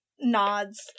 nods